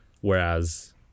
whereas